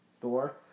Thor